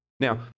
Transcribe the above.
Now